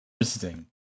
Interesting